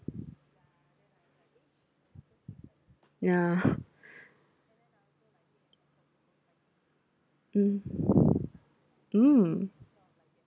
yeah mm mm